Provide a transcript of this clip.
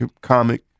comic